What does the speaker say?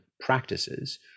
practices